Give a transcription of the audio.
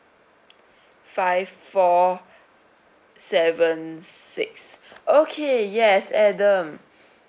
five four seven six okay yes adam